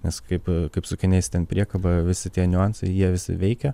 nes kaip kaip sukinėjas ten priekaba visi tie niuansai jie visi veikia